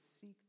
seek